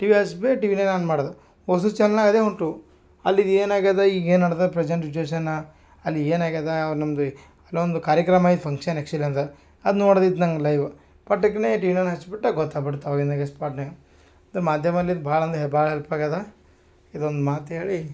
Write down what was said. TV ಹಚ್ಬಿಟ್ಟು TV nine on ಮಾಡ್ದೆ ಓಸು ಚಾನೆಲ್ ಅದೆ ಹೊಂಟವೆ ಅಲ್ಲಿ ಇದು ಏನಾಗಿದೆ ಈಗ ಏನು ನಡ್ದದೆ ಪ್ರೆಸೆಂಟ್ ಸಿಚುಯೇಷನ್ ಅಲ್ಲಿ ಏನಾಗಿದೆ ನಮ್ಮದು ನಮ್ಮದು ಕಾರ್ಯಕ್ರಮ ಆಯ್ತು ಫಂಕ್ಷನ್ ಆ್ಯಕ್ಷುಲಿ ಒಂದು ಅದು ನೋಡ್ದಿತ್ತು ನಂಗೆ ಲೈವ್ ಪಟಿಕ್ನೆ ಟಿವಿ ನೈನ್ ಹಚ್ಬಿಟ್ಟು ಗೊತ್ತಾಗ್ಬಿಡ್ತು ಅವಾಗೆ ನನಗೆ ಸ್ಪಾಟ್ನ್ಯಾಗೆ ಮಾಧ್ಯಮಲಿಂತ್ ಭಾಳ್ ಅಂದರೆ ಭಾಳ್ ಹೆಲ್ಪ್ ಆಗಿದೆ ಇದೊಂದು ಮಾತು ಹೇಳಿ